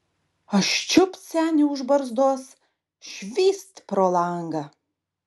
aš čiupt senį už barzdos švyst pro langą